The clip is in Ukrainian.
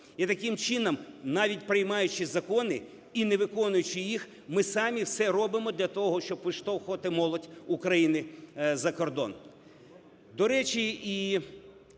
І таким чином, навіть приймаючи закони і не виконуючи їх, ми самі все робимо для того, щоб виштовхувати молодь України за кордон.